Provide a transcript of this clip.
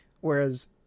Whereas